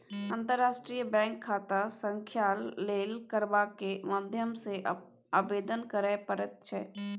अंतर्राष्ट्रीय बैंक खाता संख्याक लेल कारबारक माध्यम सँ आवेदन करय पड़ैत छै